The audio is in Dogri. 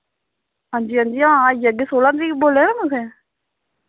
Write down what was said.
हां जी हां जी हां आई जाग्गे सोलां तरीक बोल्लेआ निं तुसें